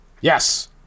Yes